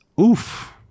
oof